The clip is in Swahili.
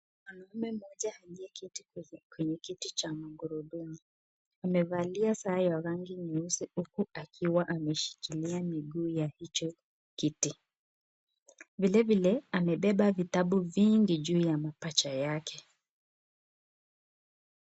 Mwanaume mmoja aliyeketi kwenye kiti cha magurudumu amevalia sare ya rangi nyeusi uku akiwa ameshikilia miguu ya hicho kiti. Vile vile amebeba vitabu vingi juu ya mapaja yake.